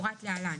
כמפורט להלן: